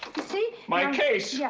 see? my case? yeah